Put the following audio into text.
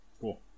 Cool